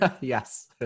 yes